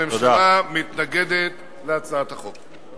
הממשלה מתנגדת להצעת החוק.